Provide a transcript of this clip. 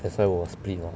that's why 我 split lor